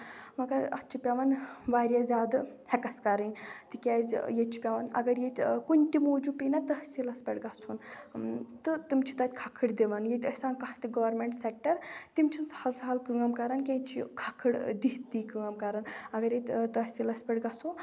مَگر اَتھ چھُ پیوان واریاہ زیادٕ ہیکَتھ کَرٕنۍ تِکیازِ ییٚتہِ چھُ پیوان اَگر ییٚتہِ کُنہِ تہِ موٗجوٗب پیٚیہِ نہ تحسیٖلس پٮ۪ٹھ گژھُن تہٕ تِم چھِ تَتہِ کھکھٕر دِوان ییٚتہِ ٲسۍ تَن کانٛہہ تہِ گورمینٹ سیٚکٹر تِم چھِ نہٕ سہل سَہل کٲم کران کیٚنٛہہ ییٚتہِ چھِ کھکھٕر دی دی کٲم کران اَگر ییٚتہِ تحسیٖلَس پٮ۪ٹھ گژھو